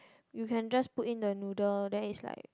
you can just put in the noodle then is like